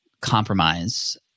compromise